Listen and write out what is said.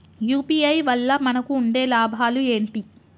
UPI వల్ల మనకు ఉండే లాభాలు ఏంటి?